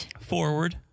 Forward